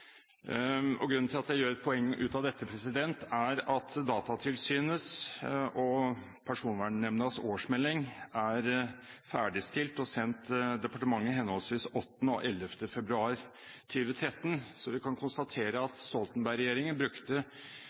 behandling. Grunnen til at jeg gjør et poeng ut av dette, er at Datatilsynets og Personvernnemndas årsmeldinger ble ferdigstilt og sendt departementet henholdsvis 8. og 11. februar 2013. Vi kan dermed konstatere at Stoltenberg-regjeringen brukte